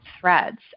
threads